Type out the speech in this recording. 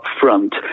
front